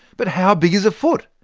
but how big is a foot?